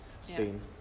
seen